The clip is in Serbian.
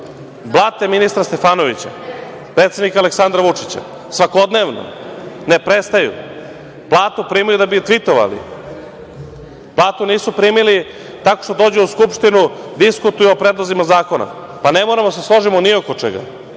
Blate ministra Stefanovića, predsednika Aleksandra Vučića, svakodnevno, ne prestaju. Platu primaju da bi tvitovali. Platu nisu primili tako što dođu u Skupštinu, diskutuju o predlozima zakona. Ne moramo da se složimo ni oko čega.